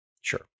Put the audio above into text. sure